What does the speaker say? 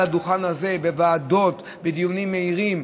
במליאה, על הדוכן הזה, בוועדות, בדיונים מהירים,